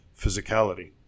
Physicality